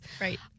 right